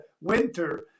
winter